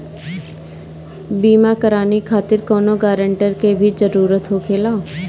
बीमा कराने खातिर कौनो ग्रानटर के भी जरूरत होखे ला?